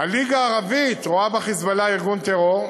הליגה הערבית רואה ב"חיזבאללה" ארגון טרור,